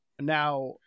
Now